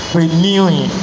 renewing